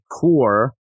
core